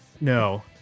No